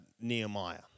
Nehemiah